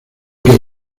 que